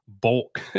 bulk